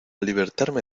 libertarme